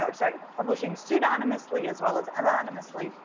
so sorry, publishing pseudonymously as well as anonymously,